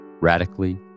radically